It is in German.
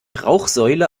rauchsäule